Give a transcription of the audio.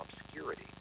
obscurity